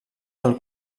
del